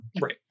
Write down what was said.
right